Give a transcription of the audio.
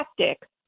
tactic